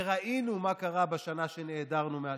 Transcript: וראינו מה קרה בשנה שנעדרנו מהשלטון,